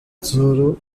tesouro